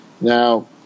Now